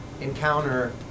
encounter